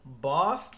Boss